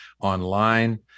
online